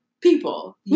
people